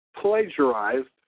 plagiarized